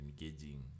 engaging